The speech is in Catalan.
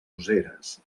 useres